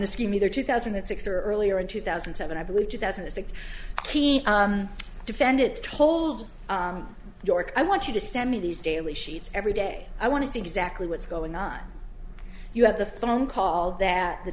the scheme either two thousand and six or earlier in two thousand and seven i believe two thousand and six he defended told york i want you to send me these daily sheets every day i want to see exactly what's going on you have the phone call that the